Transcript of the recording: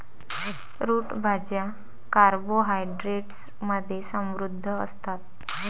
route भाज्या carbohydrates मध्ये समृद्ध असतात